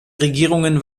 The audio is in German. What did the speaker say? regierungen